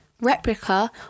replica